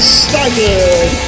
staggered